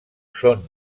són